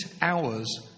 hours